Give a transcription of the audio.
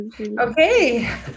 Okay